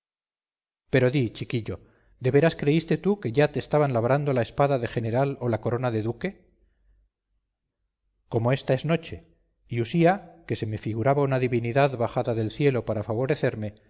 pero di chiquillo de veras creíste tú que ya te estaban labrando la espada de general o la corona de duque como esta es noche y usía que se me figuraba una divinidad bajada del cielo para favorecerme